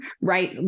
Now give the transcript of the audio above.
right